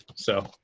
so,